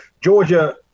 Georgia –